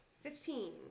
Fifteen